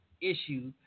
issue